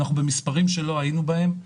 ואנחנו במספרים שלא היינו בהם.